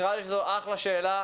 נראה לי שזו אחלה שאלה,